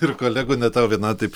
ir kolegų ne tau vienai taip